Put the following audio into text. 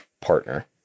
partner